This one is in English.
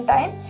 Time